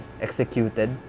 executed